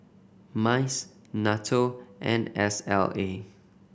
MICE NATO and S L A